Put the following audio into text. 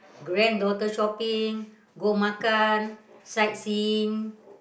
granddaughter shopping go makan sight seeing